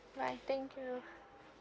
bye thank you